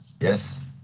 Yes